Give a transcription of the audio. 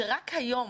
שרק היום,